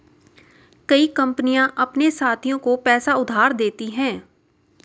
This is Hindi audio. कई कंपनियां अपने साथियों को पैसा उधार देती हैं